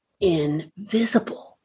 invisible